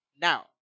Now